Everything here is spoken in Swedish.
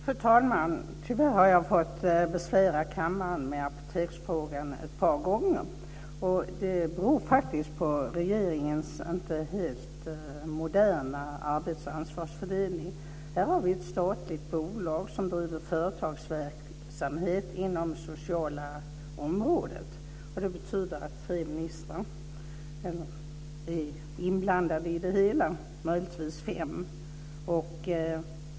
Fru talman! Tyvärr har jag fått besvära kammaren med Apoteksfrågan ett par gånger. Det beror faktiskt på regeringens inte helt moderna arbets och ansvarsfördelning. Här har vi ett statligt bolag som driver företagsverksamhet inom det sociala området. Det betyder att tre ministrar är inblandade i det hela, eller möjligtvis fem.